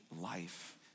life